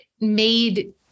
made